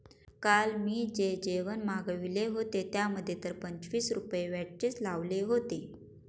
काल मी जे जेवण मागविले होते, त्यामध्ये तर पंचवीस रुपये व्हॅटचेच लावले होते